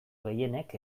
gehienek